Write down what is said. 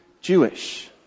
Jewish